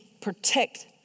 protect